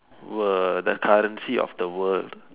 were the currency of the world